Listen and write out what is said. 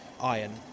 iron